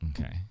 Okay